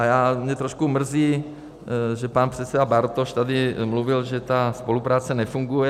A mě trošku mrzí, že pan předseda Bartoš tady mluvil, že ta spolupráce nefunguje.